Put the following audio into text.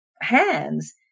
hands